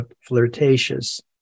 flirtatious